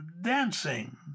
Dancing